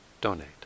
donate